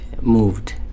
moved